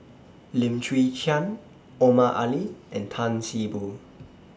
Lim Chwee Chian Omar Ali and Tan See Boo